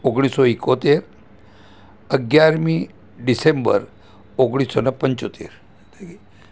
ઓગણીસસો ઈકોતેર અગિયારમી ડિસેમ્બર ઓગણીસસો ને પંચોતેર થઇ ગઈ